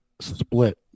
split